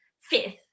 fifth